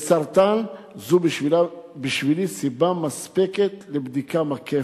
בסרטן, זו בשבילי סיבה מספקת לבדיקה מקפת.